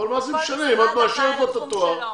שיעשה את הקורס בצרפת.